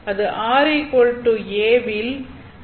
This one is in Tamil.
அது r a